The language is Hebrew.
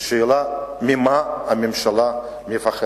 השאלה: ממה הממשלה מפחדת?